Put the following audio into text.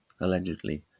allegedly